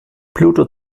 pluto